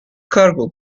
cargo